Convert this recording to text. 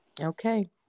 Okay